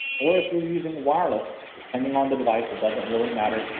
or if you're using wireless depending on the device, it doesn't really matter,